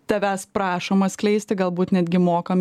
tavęs prašoma skleisti galbūt netgi mokam